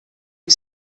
who